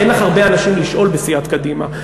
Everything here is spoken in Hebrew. אין לך הרבה אנשים לשאול בסיעת קדימה.